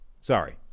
sorry